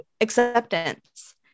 acceptance